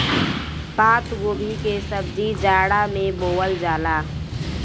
पातगोभी के सब्जी जाड़ा में बोअल जाला